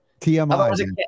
TMI